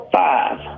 five